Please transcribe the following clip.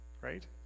right